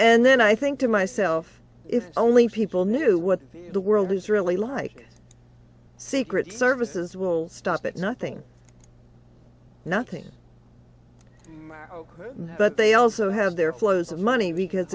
and then i think to myself if only people knew what the world is really like secret services will stop at nothing nothing but they also have their flows of money because